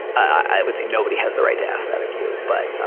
i would say nobody has the right to ask that of you. but.